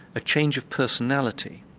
a change of personality,